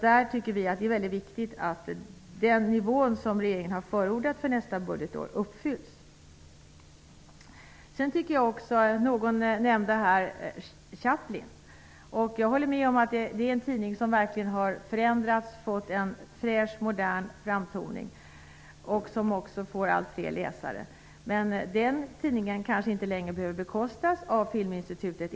Där är det viktigt att den nivå som regeringen har förordat för nästa budgetår uppfylls. Någon nämnde här tidningen Chaplin. Jag håller med om att det är en tidning som verkligen har förändrats. Den har fått en fräsch och modern framtoning och allt fler läsare. Men den tidningen behöver kanske inte längre enbart bekostas av Filminstitutet.